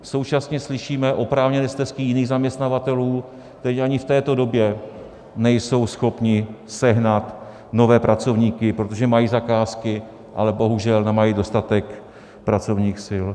Současně slyšíme oprávněné stesky jiných zaměstnavatelů, kteří ani v této době nejsou schopni sehnat nové pracovníky, protože mají zakázky, ale bohužel nemají dostatek pracovních sil.